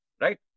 Right